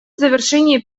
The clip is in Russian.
завершения